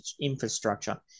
infrastructure